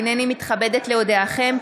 הינני מתכבדת להודיעכם,